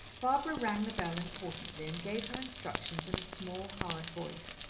barbara rang the bell importantly and gave her instructions in a small, hard voice.